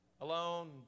alone